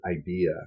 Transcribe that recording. idea